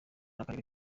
akarere